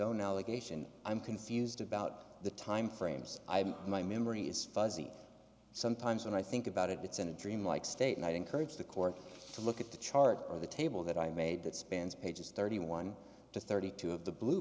own allegation i'm confused about the timeframes i have my memory is fuzzy sometimes when i think about it it's in a dream like state not encourage the court to look at the chart or the table that i made that spans pages thirty one to thirty two of the blue